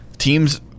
team's